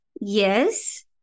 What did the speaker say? Yes